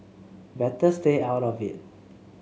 better stay out of it